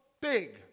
big